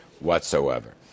whatsoever